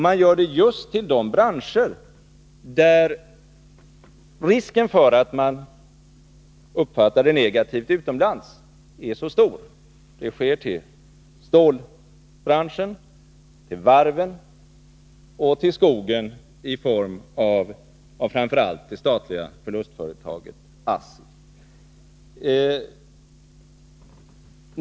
Man gör det just i de branscher där risken för att det skall uppfattas negativt utomlands är mycket stor — till stålbranschen, till varven och till skogen, framför allt till det statliga förlustföretaget ASSI.